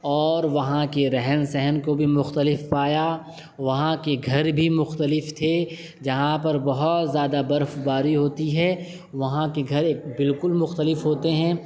اور وہاں کے رہن سہن کو بھی مختلف پایا وہاں کے گھر بھی مختلف تھے جہاں پر بہت زیادہ برف باری ہوتی ہے وہاں کے گھر ایک بالکل مختلف ہوتے ہیں